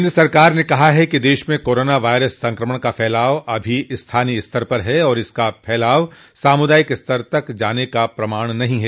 केन्द्र सरकार ने कहा है कि देश में कोरोना वायरस संक्रमण का फैलाव अभी स्थानीय स्तर पर है और इसका फैलाव सामुदायिक स्तर तक जाने का प्रमाण नहीं है